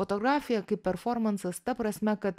fotografija kaip performansas ta prasme kad